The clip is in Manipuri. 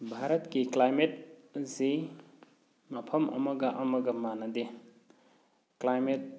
ꯚꯥꯔꯠꯀꯤ ꯀ꯭ꯂꯥꯏꯃꯦꯠ ꯑꯁꯤ ꯃꯐꯝ ꯑꯃꯒ ꯑꯃꯒ ꯃꯥꯟꯅꯗꯦ ꯀ꯭ꯂꯥꯏꯃꯦꯠ